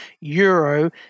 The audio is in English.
euro